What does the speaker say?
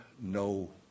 no